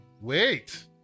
Wait